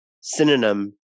synonym